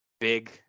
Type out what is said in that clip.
Big